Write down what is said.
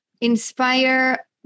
inspire